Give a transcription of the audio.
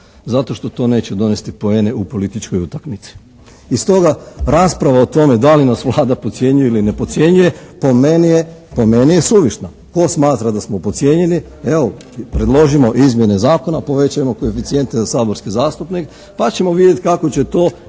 Zato što to neće donesti poene u političkoj utakmici. I stoga rasprava o tome da li nas Vlada podcjenjuje ili ne podcjenjuje po meni je suvišna. Tko smatra da smo podcijenjeni, evo predložimo izmjene zakona, povećajmo koeficijente za saborske zastupnike pa ćemo vidjeti kako će to, nije